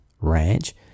Ranch